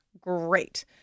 Great